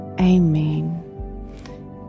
Amen